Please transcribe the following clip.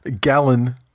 Gallon